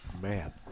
Man